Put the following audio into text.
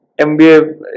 MBA